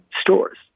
stores